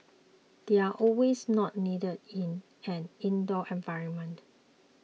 they are also not needed in an indoor environment